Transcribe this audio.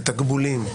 זה תקבולים.